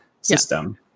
system